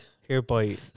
Hereby